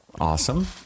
Awesome